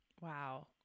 Wow